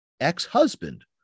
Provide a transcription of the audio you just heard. ex-husband